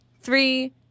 three